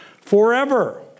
forever